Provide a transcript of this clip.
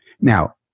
Now